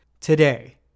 today